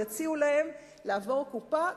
יציעו להם לעבור קופה,